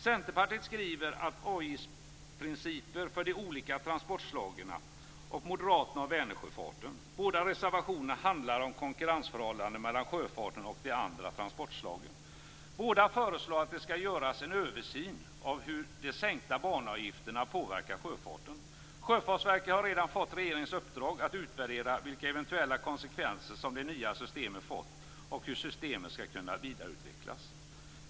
Centerpartiet skriver om avgiftsprinciper för de olika transportslagen och Moderaterna om Vänersjöfarten. Båda reservationerna handlar om konkurrensförhållanden mellan sjöfarten och de andra transportslagen. Båda föreslår att det skall göras en översyn av hur de sänkta banavgifterna påverkar sjöfarten. Sjöfartsverket har redan fått regeringens uppdrag att utvärdera vilka eventuella konsekvenser som det nya systemet fått och hur systemet skall kunna vidareutvecklas.